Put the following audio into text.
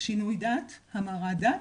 שינוי דת, המרת דת,